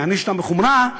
יענישו אותם בחומרה,